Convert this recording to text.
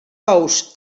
ous